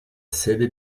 sede